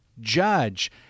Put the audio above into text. judge